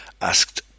asked